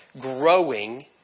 growing